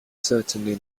certainly